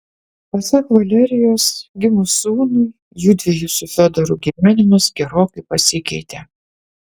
pasak valerijos gimus sūnui judviejų su fiodoru gyvenimas gerokai pasikeitė